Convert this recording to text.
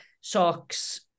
socks